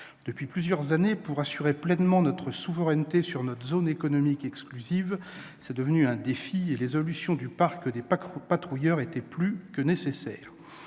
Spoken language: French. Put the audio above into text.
Depuis plusieurs années, assurer pleinement notre souveraineté sur notre zone économique exclusive, ou ZEE, est devenu un défi. Les évolutions du parc de patrouilleurs étaient plus que nécessaires.